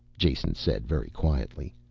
jason said very quietly.